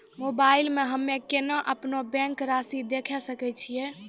Mobile मे हम्मय केना अपनो बैंक रासि देखय सकय छियै?